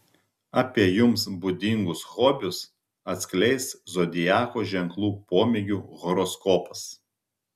apie jums būdingus hobius atskleis zodiako ženklų pomėgių horoskopas